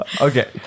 Okay